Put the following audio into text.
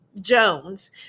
Jones